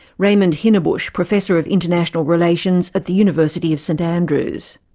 raymond hinnebusch, professor of international relations at the university of st andrews.